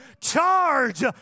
charge